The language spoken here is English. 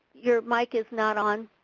your mic is not on.